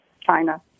China